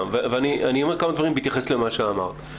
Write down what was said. ואני אומר כמה דברים בהתייחס למה שאמרת.